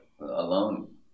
Alone